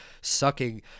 sucking